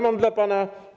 Mam dla pana.